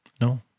No